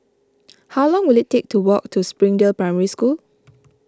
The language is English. how long will it take to walk to Springdale Primary School